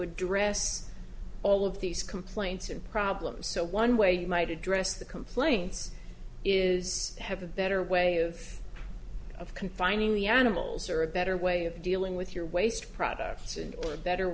address all of these complaints and problems so one way you might address the complaints is have a better way of of confining the animals or a better way of dealing with your waste products and better